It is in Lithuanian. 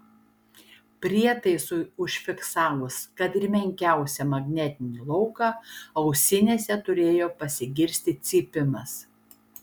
prietaisui užfiksavus kad ir menkiausią magnetinį lauką ausinėse turėjo pasigirsti cypimas